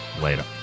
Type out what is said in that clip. Later